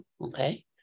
Okay